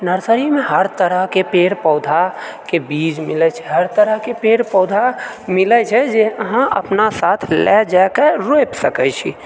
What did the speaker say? नर्सरीमे हर तरहके पेड़ पौधाके बीज मिलैत छै हर तरहके पेड़ पौधा मिलैत छै जे अहाँ अपना साथ लय जाके रोपि सकैत छी